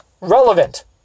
relevant